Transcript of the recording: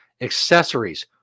accessories